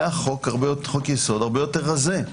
היה חוק יסוד הרבה יותר רזה.